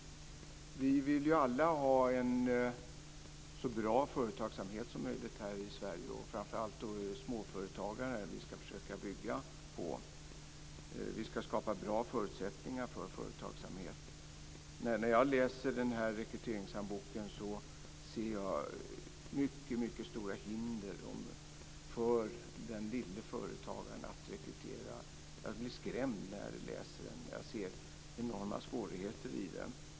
Vi vill ju alla ha en så bra företagsamhet som möjligt här i Sverige. Framför allt är det för småföretagarna som vi ska försöka skapa bra förutsättningar för företagsamhet. När jag läser rekryteringshandboken ser jag mycket stora hinder för den lille företagaren att rekrytera. Jag blir skrämd när jag läser den och ser enorma svårigheter i den.